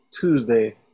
Tuesday